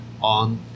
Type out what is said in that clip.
on